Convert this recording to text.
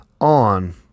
on